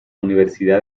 universidad